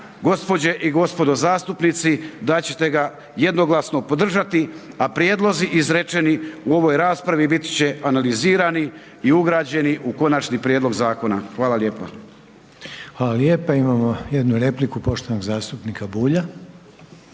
gospođe i gospodo zastupnici da ćete ga jednoglasno podržati, a prijedlozi izrečeni u ovoj raspravi biti će analizirani i ugrađeni u konačni prijedlog zakona. Hvala lijepa. **Reiner, Željko (HDZ)** Hvala lijepa, imamo jednu repliku poštovanog zastupnika Bulja.